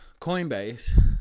Coinbase